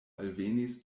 alvenis